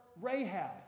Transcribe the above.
Rahab